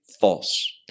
false